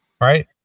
right